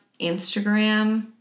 Instagram